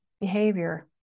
behavior